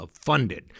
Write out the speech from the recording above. funded